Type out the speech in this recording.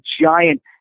giant